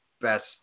best